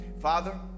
Father